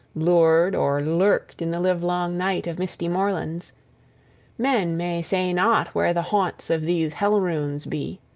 lured, or lurked in the livelong night of misty moorlands men may say not where the haunts of these hell-runes be.